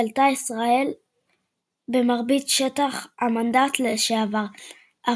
שלטה ישראל במרבית שטח המנדט לשעבר,